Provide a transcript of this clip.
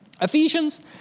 Ephesians